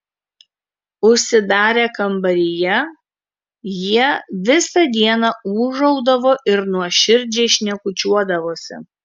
užsidarę kambaryje jie visą dieną ūžaudavo ir nuoširdžiai šnekučiuodavosi